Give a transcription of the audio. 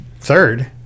Third